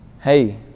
hey